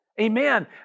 Amen